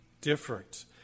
different